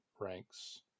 ranks